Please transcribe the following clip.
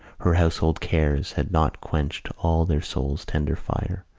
her household cares had not quenched all their souls' tender fire.